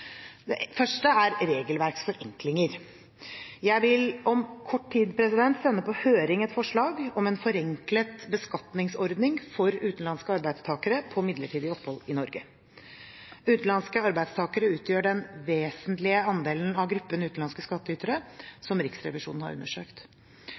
Det første er regelverksforenklinger. Jeg vil om kort tid sende på høring et forslag om en forenklet beskatningsordning for utenlandske arbeidstakere på midlertidig opphold i Norge. Utenlandske arbeidstakere utgjør den vesentlige andelen av gruppen utenlandske